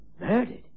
Murdered